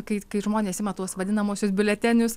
kai kai žmonės ima tuos vadinamuosius biuletenius